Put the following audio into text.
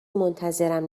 منتظرم